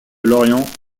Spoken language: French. lorient